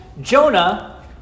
Jonah